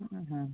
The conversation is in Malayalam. മ് മ്